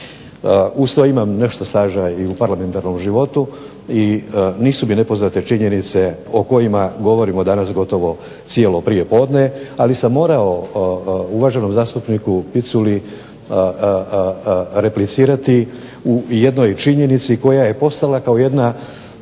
Uz to imam nešto staža i u parlamentarnom životu i nisu mi nepoznate činjenice o kojima govorimo danas gotovo cijelo prijepodne, ali sam morao uvaženom zastupniku Piculi replicirati u jednoj činjenici koja je postala kao jedna